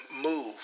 move